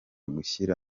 gushyira